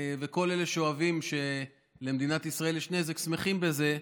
וכל אלה שאוהבים שלמדינת ישראל יש נזק שמחים בזה,